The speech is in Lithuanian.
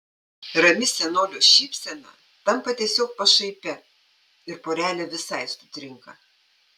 rami senolio šypsena tampa tiesiog pašaipia ir porelė visai sutrinka